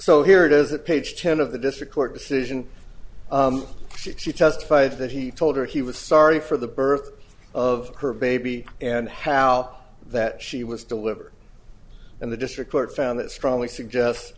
so here it is that page ten of the district court decision she testified that he told her he was sorry for the birth of her baby and how that she was delivered and the district court found it strongly suggests